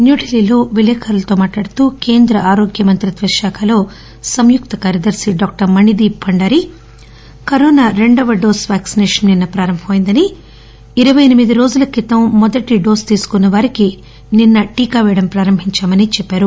న్యూఢిల్లీలో విలేకరులతో మాట్లాడుతూ కేంద్ర ఆరోగ్య మంత్రిత్వ శాఖలో సంయుక్త కార్యదర్శి డాక్టర్ మణీదీప్ భండారీ కరోనా రెండవ డోస్ వ్యాక్సిసేషన్ నిన్న ప్రారంభమైందని ఇరవై ఎనిమిది రోజుల క్రితం మొదటి డోసు తీసుకున్నవారికి నిన్నటిదాకా వేయడం ప్రారంభించామని చెప్పారు